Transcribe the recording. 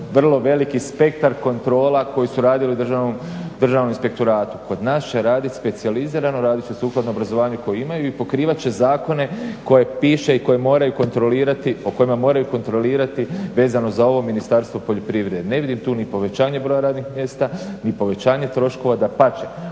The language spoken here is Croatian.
vrlo veliki spektar kontrola koji su radili državnom inspektoratu. Kod nas će raditi specijalizirano, radit će sukladno obrazovanju koje imaju i pokrivat će zakone koje pišu i koje, o kojima moraju kontrolirati vezano za ovo ministarstvo poljoprivrede. Ne vidim tu ni povećanje broja radnih mjesta ni povećanje troškova. Dapače